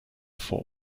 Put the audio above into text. vor